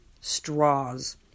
Straws